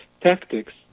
tactics